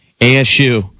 ASU